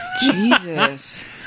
Jesus